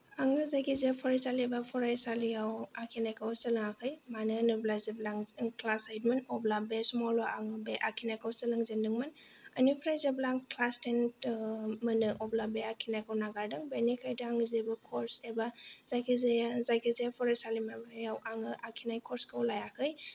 आङो जायखिजाया फरायसालि एबा फरायसालियाव आखिनायखौ सोलोङाखै मानो होनोब्ला जेब्ला आं क्लास ऐदमोन अब्ला बे समावल' आं बे आखिनायखौ सोलोंजेनदोंमोन ओनिफ्राय जेब्ला आं क्लास तेन मोनो अब्ला बे आखिनायखौ नागारदों बेनि खाय आं जेबो कर्स एबा जायखिजाया जायखिजाया फरायसालियाव आङो आखिनाय कर्सखौ लायाखै